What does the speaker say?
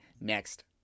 next